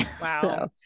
Wow